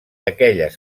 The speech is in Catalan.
aquelles